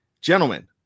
Gentlemen